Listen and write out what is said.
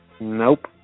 Nope